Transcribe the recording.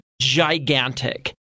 gigantic